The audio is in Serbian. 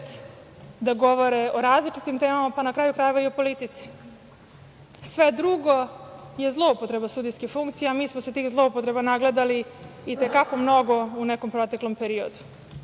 da govore o različitim tamama, pa na kraju krajeva i o politici. Sve drugo je zloupotreba sudijske funkcije, a mi smo se tih zloupotreba nagledali i te kako mnogo u nekom proteklom periodu. Dali